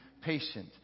patient